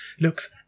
looks